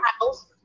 house